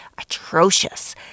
atrocious